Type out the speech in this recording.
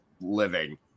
living